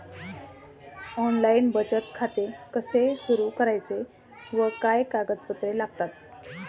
Online बचत खाते कसे सुरू करायचे व काय कागदपत्रे लागतात?